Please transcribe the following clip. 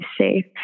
safe